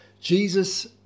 Jesus